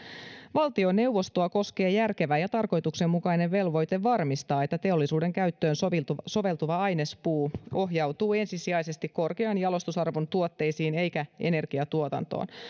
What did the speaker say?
valtioneuvostoa koskee järkevä ja tarkoituksenmukainen velvoite varmistaa että teollisuuden käyttöön soveltuva soveltuva ainespuu ohjautuu ensisijaisesti korkean jalostusarvon tuotteisiin eikä energiatuotantoon